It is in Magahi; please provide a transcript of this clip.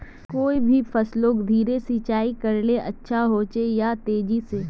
कोई भी फसलोत धीरे सिंचाई करले अच्छा होचे या तेजी से?